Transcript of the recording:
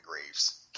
Graves